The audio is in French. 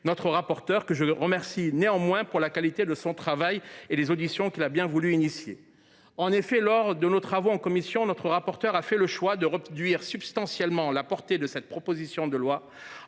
notre rapporteur, que je remercie néanmoins pour la qualité de son travail et pour les nombreuses auditions qu’il a bien voulu organiser. En effet, lors de nos travaux en commission, il a fait le choix de réduire substantiellement la portée de cette proposition de loi